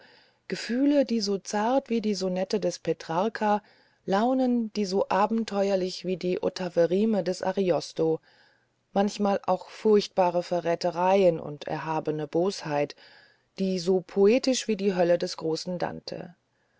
gefühle die so zart wie die sonette des petrarcha launen die so abenteuerlich wie die ottaverime des ariosto manchmal auch furchtbare verräterei und erhabene bosheit die so poetisch wie die hölle des großen dante